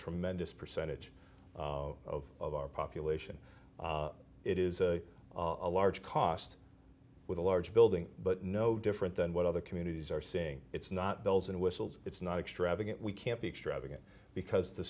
tremendous percentage of our population it is a large cost with a large building but no different than what other communities are saying it's not bells and whistles it's not extravagant we can't be extravagant because the